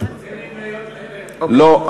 לא.